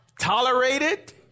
tolerated